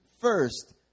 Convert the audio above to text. first